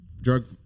drug